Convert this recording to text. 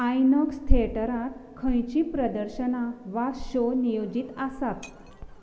आयनोक्स थिएटरांत खंयचीं प्रदर्शनां वा शो नियोजीत आसात